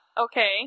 okay